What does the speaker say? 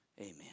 Amen